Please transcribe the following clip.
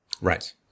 Right